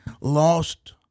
lost